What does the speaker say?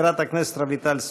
חברת הכנסת רויטל סויד.